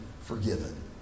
forgiven